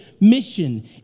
mission